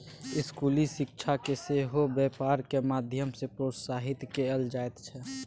स्कूली शिक्षाकेँ सेहो बेपारक माध्यम सँ प्रोत्साहित कएल जाइत छै